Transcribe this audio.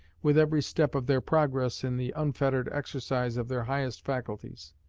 with every step of their progress in the unfettered exercise of their highest faculties.